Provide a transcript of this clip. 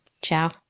Ciao